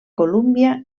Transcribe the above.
colúmbia